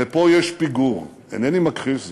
הרי פה יש פיגור, אינני מכחיש זאת,